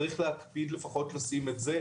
צריך להקפיד לפחות לשים את זה.